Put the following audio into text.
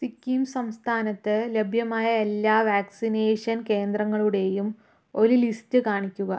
സിക്കിം സംസ്ഥാനത്ത് ലഭ്യമായ എല്ലാ വാക്സിനേഷൻ കേന്ദ്രങ്ങളുടെയും ഒരു ലിസ്റ്റ് കാണിക്കുക